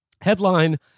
Headline